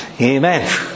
Amen